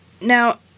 Now